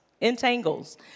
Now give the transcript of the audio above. Entangles